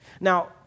Now